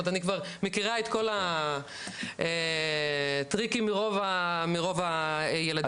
זאת אומרת אני כבר מכירה את כל הטריקים מרוב הילדים ונוער שאני מטפלת.